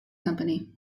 company